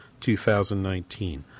2019